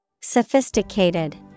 Sophisticated